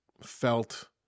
felt